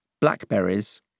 Blackberries